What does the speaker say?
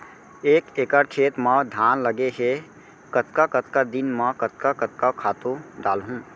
एक एकड़ खेत म धान लगे हे कतका कतका दिन म कतका कतका खातू डालहुँ?